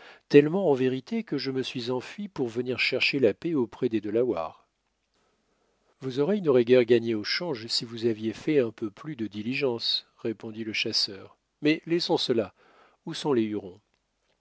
tellement en vérité que je me suis enfui pour venir chercher la paix auprès des delawares vos oreilles n'auraient guère gagné au change si vous aviez fait un peu plus de diligence répondit le chasseur mais laissons cela où sont les hurons